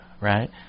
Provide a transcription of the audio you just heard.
right